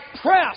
press